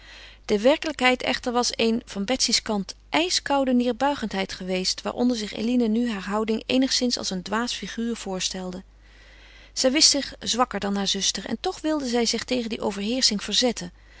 de werkelijkheid echter was een van betsy's kant ijskoude neêrbuigendheid geweest waaronder zich eline nu haar houding eenigszins als een dwaas figuur voorstelde zij wist zich zwakker dan haar zuster en toch wilde zij zich tegen die overheersching verzetten